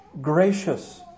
gracious